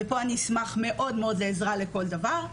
ופה אני אשמח מאוד לעזרה לכל דבר,